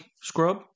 scrub